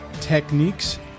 techniques